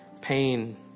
pain